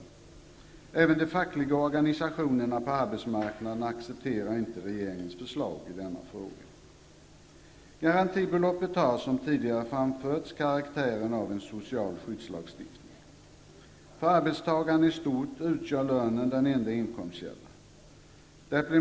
Inte heller de fackliga organisationerna på arbetsmarknaden accepterar regeringens förslag i denna fråga. Garantibeloppet har, som tidigare framförts, karaktären av en social skyddslagstiftning. För arbetstagare i stort utgör lönen den enda inkomstkällan.